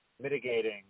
mitigating